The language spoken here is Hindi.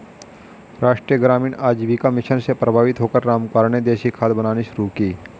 राष्ट्रीय ग्रामीण आजीविका मिशन से प्रभावित होकर रामकुमार ने देसी खाद बनानी शुरू की